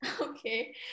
Okay